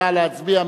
נא להצביע.